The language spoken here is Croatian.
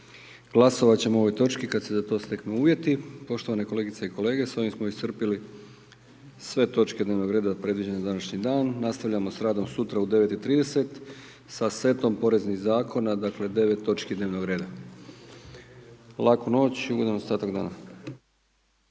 Glasovat ćemo o ovoj točki kad se za to steknu uvjeti. Poštovane kolegice i kolege s ovim smo iscrpili sve točke dnevnog reda predviđene s današnjim danom, nastavljamo s radom sutra u 9,30 sa setom poreznih zakona, dakle 9 točki dnevnog reda. Laku noć i ugodan ostatak dana.